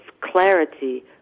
clarity